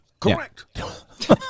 Correct